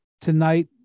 tonight